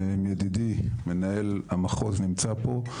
ידידי ומנהל המחוז נמצא פה,